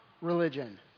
religion